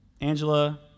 Angela